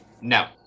No